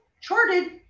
charted